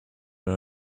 your